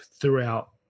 throughout